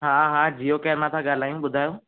हा जीओ केयर मां था ॻाल्हायूं ॿुधायो